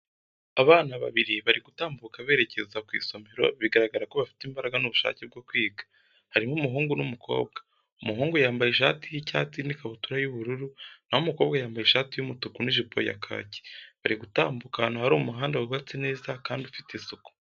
Abana babiri bari gutambuka berekeza mu isomero bigaragara ko bafite imbaraga n'ubushake bwo kwiga, harimo umuhungu n'umukobwa. Umuhungu yambaye ishati y'icyatsi n'ikabutura y'ubururu na ho umukobwa yambaye ishati y'umutuku n'ijipo ya kaki, bari gutambuka ahantu hari umuhanda wubatse neza kandi ufite isuku.